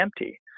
empty